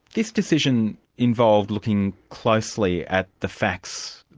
this decision involved looking closely at the facts,